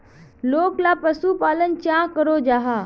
लोकला पशुपालन चाँ करो जाहा?